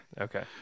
Okay